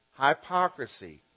hypocrisy